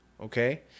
okay